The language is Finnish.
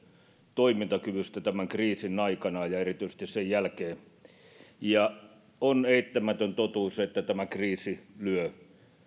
toimintakyvystä tämän kriisin aikana ja erityisesti sen jälkeen on eittämätön totuus että tämä kriisi lyö